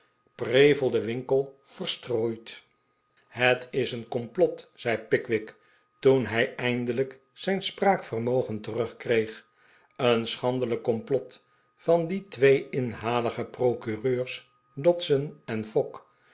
prevelde winkle verstrooid het is een complot zei pickwick toen hij eindelijk zijn spraakvermogen terugkreegj een schandelijk complot van die twee inhalige procureurs dodson en fogg